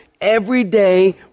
everyday